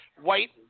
White